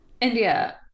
India